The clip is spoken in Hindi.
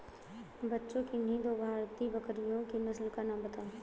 बच्चों किन्ही दो भारतीय बकरियों की नस्ल का नाम बताओ?